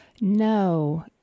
No